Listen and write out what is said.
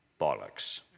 Bollocks